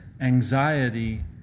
anxiety